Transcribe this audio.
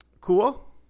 Cool